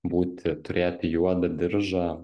būti turėti juodą diržą